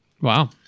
Wow